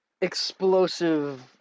explosive